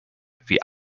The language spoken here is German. wie